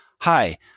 hi